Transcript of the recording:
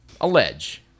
allege